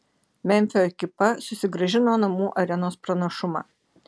memfio ekipa susigrąžino namų arenos pranašumą